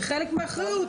זה חלק מהאחריות,